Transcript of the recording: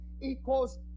equals